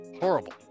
horrible